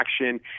action